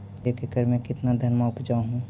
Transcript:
एक एकड़ मे कितना धनमा उपजा हू?